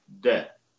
death